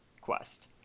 quest